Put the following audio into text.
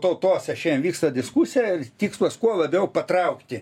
tautose šian vyksta diskusija ir tikslas kuo labiau patraukti